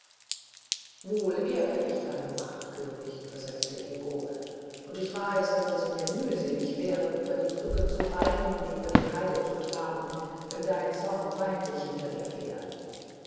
wohl ehre ich deine macht könig versetzte ingo und ich weiß daß es mir mühselig wäre über die brücke zu reiten und über die heide zu traben wenn dein zorn feindlich hinter mir fährt